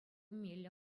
меллӗ